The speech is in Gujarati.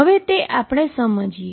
તે હવે અહીં સમજો